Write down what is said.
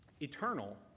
eternal